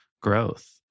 growth